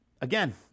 Again